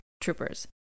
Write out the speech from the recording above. troopers